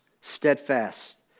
steadfast